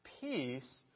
peace